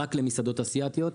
רק למסעדות אסיאתיות,